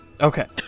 okay